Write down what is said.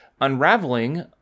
unraveling